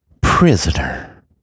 Prisoner